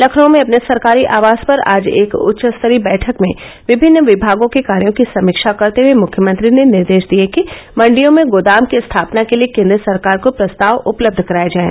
लखनऊ में अपने सरकारी आवास पर आज एक उच्चस्तरीय बैठक में विभिन्न विभागों के कार्यो की समीक्षा करते हये मुख्यमंत्री ने निर्देश दिए कि मंडियों में गोदाम की स्थापना के लिए केन्द्र सरकार को प्रस्ताव उपलब्ध कराए जाएं